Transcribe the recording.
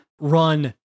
run